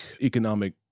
economic